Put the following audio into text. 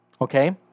Okay